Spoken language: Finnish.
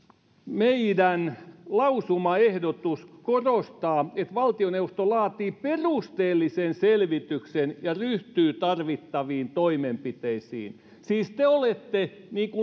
meidän lausumaehdotuksemme korostaa että valtioneuvosto laatii perusteellisen selvityksen ja ryhtyy tarvittaviin toimenpiteisiin siis te olette